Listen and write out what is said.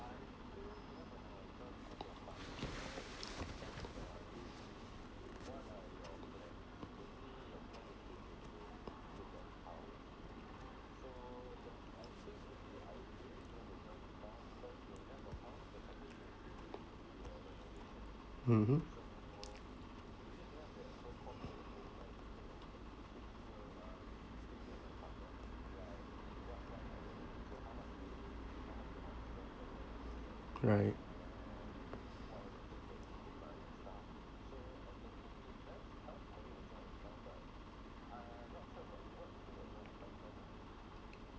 mmhmm right